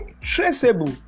traceable